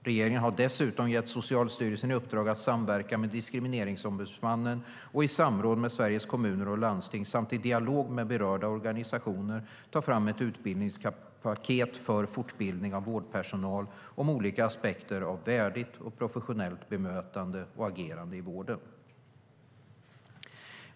Regeringen har dessutom gett Socialstyrelsen i uppdrag att i samverkan med Diskrimineringsombudsmannen och i samråd med Sveriges Kommuner och Landsting samt i dialog med berörda organisationer ta fram ett utbildningspaket för fortbildning av vårdpersonal om olika aspekter av värdigt och professionellt bemötande och agerande i vården.